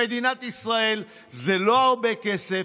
למדינת ישראל זה לא הרבה כסף,